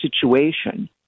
situation